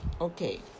Okay